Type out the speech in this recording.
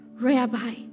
Rabbi